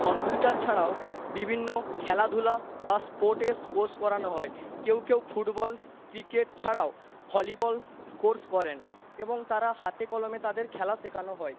computer ছাড়াও বিভিন্ন খেলাধুলা বা স্পোর্স কোর্স করানো হয় কেউ কেউ ফুটবল ক্রিকেট ছাড়াও ভলিবল কোর্স করেন এবং তারা হাতে কলমে তাদের খেলা শেখানো হয়